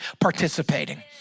participating